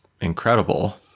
incredible